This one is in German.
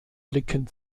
blicken